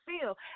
feel